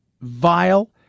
vile